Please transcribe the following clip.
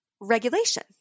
regulation